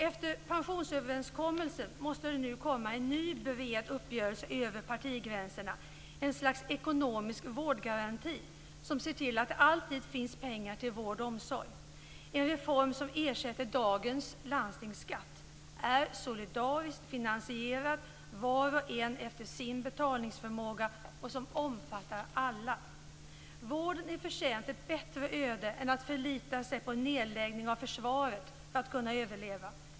Efter pensionsöverenskommelsen måste det nu komma en ny, bred uppgörelse över partigränserna, ett slags ekonomisk vårdgaranti, som ser till att det alltid finns pengar till vård och omsorg: en reform som ersätter dagens landstingsskatt, är solidariskt finansierad - var och en efter sin betalningsförmåga - och som omfattar alla. Vården är förtjänt ett bättre öde än att förlita sig på nedläggning av försvaret för att kunna överleva.